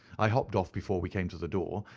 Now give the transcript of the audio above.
i hopped off before we came to the door,